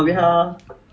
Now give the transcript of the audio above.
uh